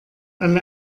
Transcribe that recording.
alle